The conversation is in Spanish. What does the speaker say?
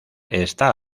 está